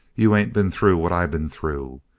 you ain't been through what i been through.